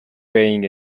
being